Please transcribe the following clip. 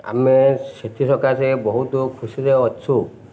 ଆମେ ସେଥି ସକାଶେ ବହୁତ ଖୁସିରେ ଅଛୁ